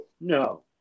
no